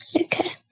Okay